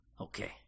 Okay